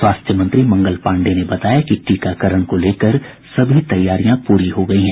स्वास्थ्य मंत्री मंगल पांडेय ने बताया कि टीकाकरण को लेकर सभी तैयारियां पूरी हो गयी हैं